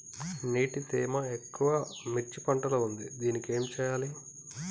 నీటి తేమ ఎక్కువ మిర్చి పంట లో ఉంది దీనికి ఏం చేయాలి?